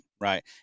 right